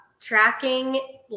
Tracking